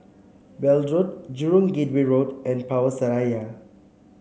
Weld Road Jurong Gateway Road and Power Seraya